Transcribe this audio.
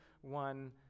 one